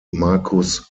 marcus